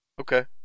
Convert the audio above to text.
Okay